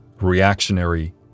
reactionary